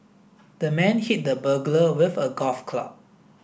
the man hit the burglar with a golf club